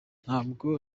ntabwo